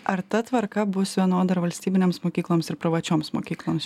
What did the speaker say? ar ta tvarka bus vienoda ir valstybinėms mokykloms ir privačioms mokykloms